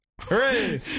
Hooray